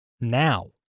now